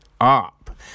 up